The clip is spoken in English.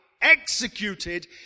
executed